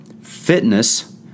fitness